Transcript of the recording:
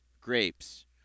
grapes